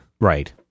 Right